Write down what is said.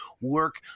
work